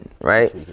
right